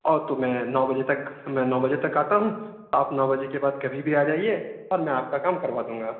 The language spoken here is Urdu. اور تو میں نو بجے تک میں نو بجے تک آتا ہوں آپ نو بجے کے بعد کبھی بھی آ جائیے اور میں آپ کا کام کروا دوں گا